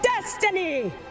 destiny